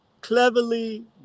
cleverly